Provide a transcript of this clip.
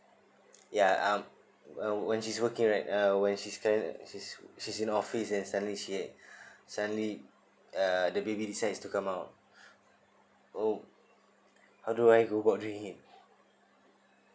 ya I'm when she's working right uh when she's curr~ she's she's in office and suddenly she suddenly uh the baby decides to come out oh how do I go about doing it